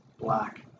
Black